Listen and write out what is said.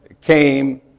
came